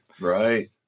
Right